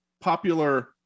popular